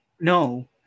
No